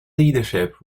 leadership